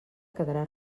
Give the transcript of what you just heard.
quedarà